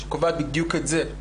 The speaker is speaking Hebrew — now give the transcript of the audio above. שקובעת בדיוק את זה,